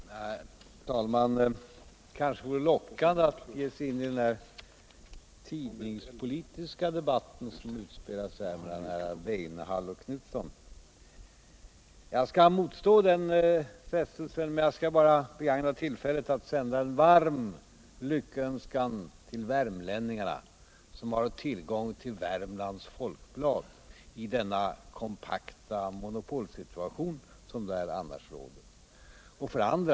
Herr talman! Det kanske vore lockande att ge sig in i den tidningspolitiska debatt som utspelats här mellan herrar Weincehall och Knutson. Jag skall motstå den frestelsen och bara begagna tillfället att sända en varm lyckönskan ull värmbinningarna, som har tillgång till Värmlands Folkblad i den kompakta monopolsituation som där annars råder.